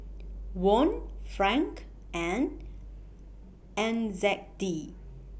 Won Franc and N Z D